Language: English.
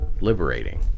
Liberating